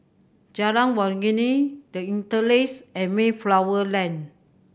Jalan Waringin The Interlace and Mayflower Lane